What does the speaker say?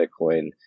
Bitcoin